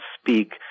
speak